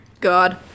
God